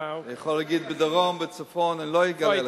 אני יכול להגיד בדרום, בצפון, אני לא אגלה לכם.